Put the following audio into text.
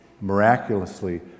miraculously